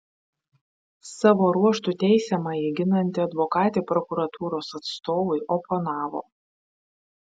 savo ruožtu teisiamąjį ginanti advokatė prokuratūros atstovui oponavo